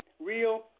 real